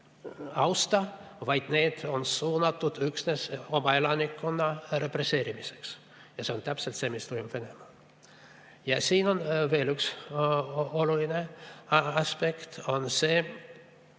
austa, vaid need on suunatud üksnes oma elanikkonna represseerimiseks. See on täpselt see, mis toimub Venemaal. Ja siin on veel üks oluline aspekt, jällegi,